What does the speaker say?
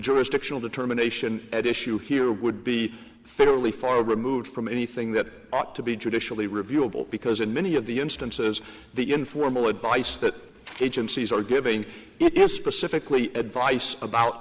jurisdictional determination at issue here would be fairly far removed from anything that ought to be judicially reviewable because in many of the instances the informal advice that agencies are giving it is specifically advice about